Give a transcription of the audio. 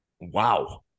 Wow